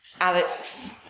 Alex